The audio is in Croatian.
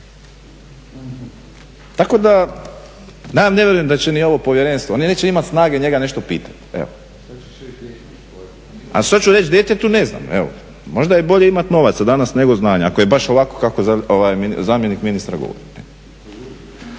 Tako da ne vjerujem da će ni ovo povjerenstvo, oni neće imati snage njega nešto pitat. A šta ću reći djetetu ne znam, možda je bolje imat novaca danas nego znanja, ako je baš ovako kako zamjenik ministra govori.